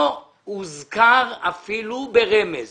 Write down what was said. לא הוזכרה אפילו ברמז